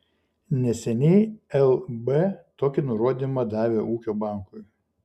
neseniai lb tokį nurodymą davė ūkio bankui